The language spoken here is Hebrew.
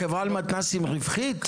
החברה למתנ"סים היא רווחית?